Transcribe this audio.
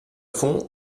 fond